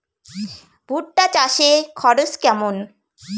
ভুট্টা চাষে খরচ কেমন?